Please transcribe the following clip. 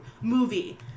movie